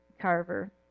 Carver